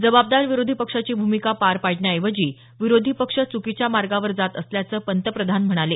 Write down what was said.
जबाबदार विरोधी पक्षाची भूमिका पार पाडण्याऐवजी विरोधी पक्ष च्रकीच्या मार्गावर जात असल्याचं पंतप्रधान म्हणाले